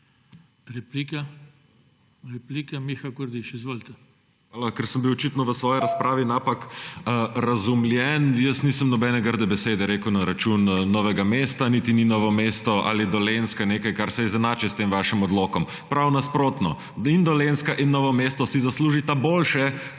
lepa. Replika, Miha Kordiš. Izvolite. MIHA KORDIŠ (PS Levica): Hvala. Ker sem bil očitno v svoji razpravi napak razumljen. Jaz nisem nobene grde besede rekel na račun Novega mesta, niti ni Novo mesto ali Dolenjska nekaj, kar se izenači s tem vašim odlokom. Prav nasprotno. Dolenjska in Novo mesto si zaslužita boljše,